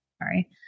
Sorry